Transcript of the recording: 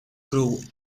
grove